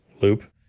loop